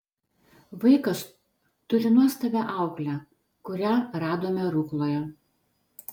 vaikas turi nuostabią auklę kurią radome rukloje